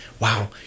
wow